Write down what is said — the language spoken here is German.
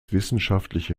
wissenschaftliche